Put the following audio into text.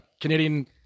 Canadian